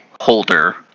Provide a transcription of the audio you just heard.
holder